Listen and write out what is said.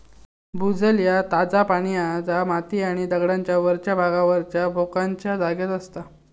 भूजल ह्या ताजा पाणी हा जा माती आणि दगडांच्या वरच्या भागावरच्या भोकांच्या जागेत असता